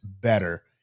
better